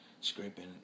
scraping